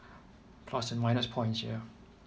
plus and minus points ya